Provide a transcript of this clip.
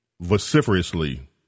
vociferously